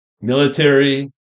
military